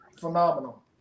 phenomenal